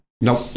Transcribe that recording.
Nope